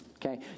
Okay